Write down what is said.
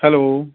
hello